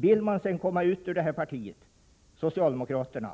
Vill man sedan man blivit kollektivansluten komma ut ur detta parti, socialdemokraterna,